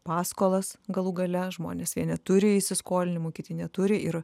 paskolas galų gale žmonės jie neturi įsiskolinimų kiti neturi ir